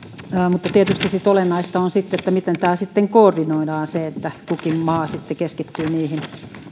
mutta tietysti sitten olennaista on miten tämä koordinoidaan että kukin maa sitten keskittyy